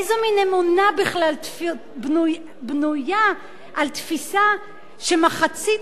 איזה אמונה בכלל בנויה על תפיסה שמחצית